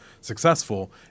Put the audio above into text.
successful